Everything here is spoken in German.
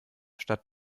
statt